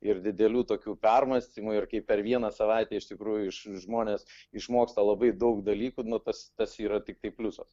ir didelių tokių permąstymų ir kaip per vieną savaitę iš tikrųjų žmonės išmoksta labai daug dalykų nu tas tas yra tiktai pliusas